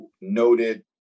noted